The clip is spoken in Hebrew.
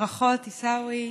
אז ברכות, עיסאווי.